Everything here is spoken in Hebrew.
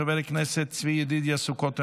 חבר הכנסת צבי ידידיה סוכות,